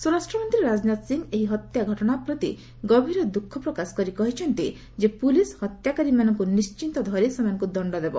ସ୍ୱରାଷ୍ଟ୍ମନ୍ତ୍ରୀ ରାଜନାଥ ସିଂହ ଏହି ହତ୍ୟା ଘଟଣା ପ୍ରତି ଗଭୀର ଦୃଃଖ ପ୍ରକାଶ କରି କହିଛନ୍ତି ଯେ ପୁଲିସ୍ ହତ୍ୟାକାରୀମାନଙ୍କୁ ନିଶ୍ଚିତ ଧରି ସେମାନଙ୍କୁ ଦଶ୍ଡ ଦେବ